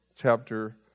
chapter